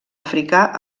africà